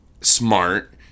smart